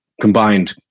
combined